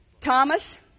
Thomas